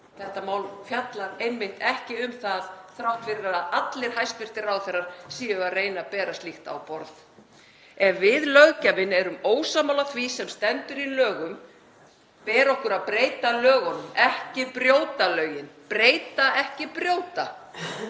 þetta mál fjallar einmitt ekki um það þrátt fyrir að allir hæstv. ráðherrar séu að reyna að bera slíkt á borð. Ef við, löggjafinn, erum ósammála því sem stendur í lögum ber okkur að breyta lögunum, ekki brjóta lögin. Breyta, ekki brjóta.